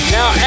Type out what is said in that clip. Now